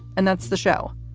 and that's the show.